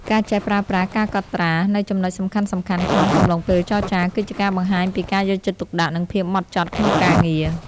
ការចេះប្រើប្រាស់ "ការកត់ត្រា" នូវចំណុចសំខាន់ៗក្នុងកំឡុងពេលចរចា គឺជាការបង្ហាញពីការយកចិត្តទុកដាក់ និងភាពហ្មត់ចត់ក្នុងការងារ។